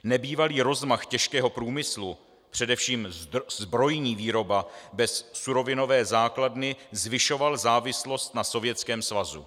Nebývalý rozmach těžkého průmyslu, především zbrojní výroba bez surovinové základny, zvyšoval závislost na Sovětském svazu.